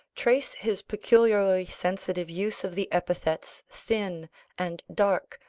trace his peculiarly sensitive use of the epithets thin and dark,